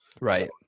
Right